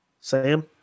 Sam